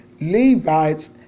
Levites